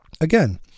Again